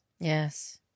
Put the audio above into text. Yes